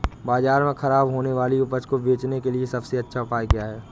बाज़ार में खराब होने वाली उपज को बेचने के लिए सबसे अच्छा उपाय क्या हैं?